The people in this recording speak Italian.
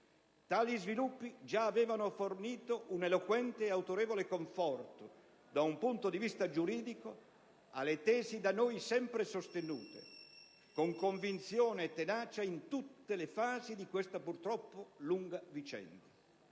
Tali sviluppi già avevano fornito un eloquente e autorevole conforto, da un punto di vista giuridico, alle tesi da noi sempre sostenute, con convinzione e tenacia, in tutte le fasi di questa purtroppo lunga vicenda.